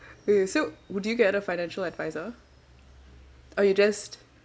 okay so would you get a financial advisor or you just